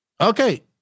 Okay